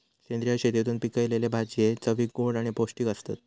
सेंद्रिय शेतीतून पिकयलले भाजये चवीक गोड आणि पौष्टिक आसतत